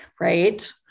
right